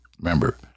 Remember